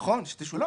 בדיוק, נכון, שתשולם.